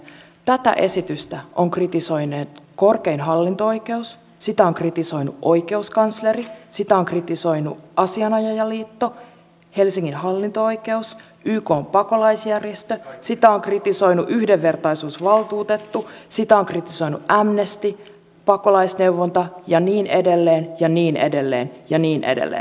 tätä esitystä on kritisoinut korkein hallinto oikeus sitä on kritisoinut oikeuskansleri sitä on kritisoinut asianajajaliitto helsingin hallinto oikeus ykn pakolaisjärjestö sitä on kritisoinut yhdenvertaisuusvaltuutettu sitä on kritisoinut amnesty pakolaisneuvonta ja niin edelleen ja niin edelleen ja niin edelleen